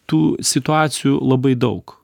tų situacijų labai daug